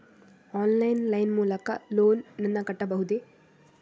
Online line ಮೂಲಕ loan ನನ್ನ ಕಟ್ಟಬಹುದೇ?